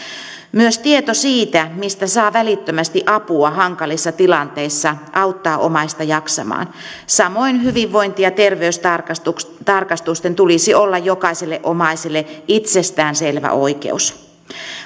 myös tieto siitä mistä saa välittömästi apua hankalissa tilanteissa auttaa omaista jaksamaan samoin hyvinvointi ja terveystarkastusten tulisi olla jokaiselle omaiselle itsestäänselvä oikeus